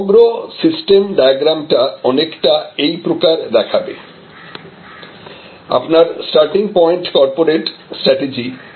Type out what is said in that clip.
সমগ্র সিস্টেম ডায়াগ্রামটা অনেকটা এই প্রকার দেখাবে আপনার স্টার্টিং পয়েন্ট কর্পোরেট স্ট্র্যাটেজি